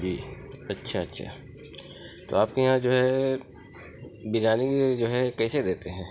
جی اچھا اچھا تو آپ کے یہاں جو ہے بریانی جو ہے کیسے دیتے ہیں